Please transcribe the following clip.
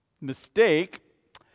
mistake